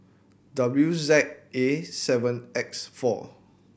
W Z A seven X four